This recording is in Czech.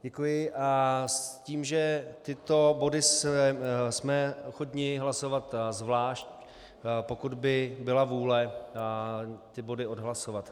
Děkuji, s tím, že tyto body jsme ochotni hlasovat zvlášť, pokud by byla vůle body odhlasovat.